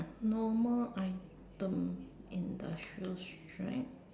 normal item industrial strength